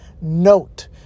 note